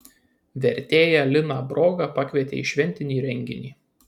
vertėją liną brogą pakvietė į šventinį renginį